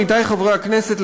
עמיתי חברי הכנסת,